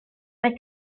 mai